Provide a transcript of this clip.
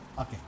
okay